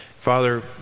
Father